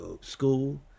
school